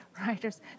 writers